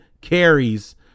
carries